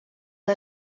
que